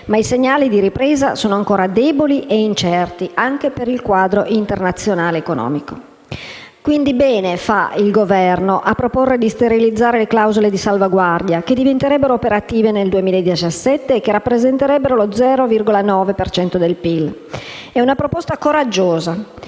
ma i segnali di ripresa sono ancora deboli e incerti, anche per il quadro internazionale economico. Quindi fa bene il Governo a proporre di sterilizzare le clausole di salvaguardia, che diventerebbero operative nel 2017 e che rappresenterebbero lo 0,9 per cento del PIL: è una proposta coraggiosa